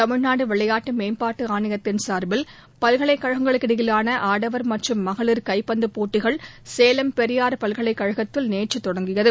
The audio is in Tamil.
தமிழ்நாடு விளையாட்டு மேம்பாட்டு ஆணையத்தின் சா்பில் பல்கலைக் கழகங்களுக்கு இடையிலான ஆடவர் மற்றும் மகளிர் கைப்பந்து போட்டிகள் சேலம் பெரியார் பல்கலைக் கழகத்தில் நேற்று தொடங்கியது